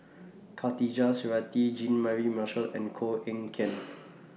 Khatijah Surattee Jean Mary Marshall and Koh Eng Kian